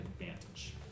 advantage